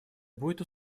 будет